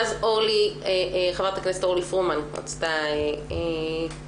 ואחרי זה חברת הכנסת אורלי פרומן רצתה לומר